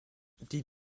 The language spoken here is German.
die